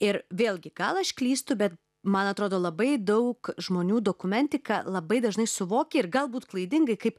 ir vėlgi gal aš klystu bet man atrodo labai daug žmonių dokumentiką labai dažnai suvokia ir galbūt klaidingai kaip